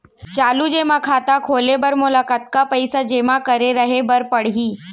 चालू जेमा खाता खोले बर मोला कतना पइसा जेमा रखे रहे बर पड़ही?